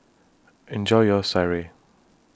Enjoy your Sireh